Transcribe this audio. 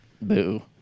Boo